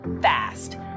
fast